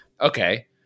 okay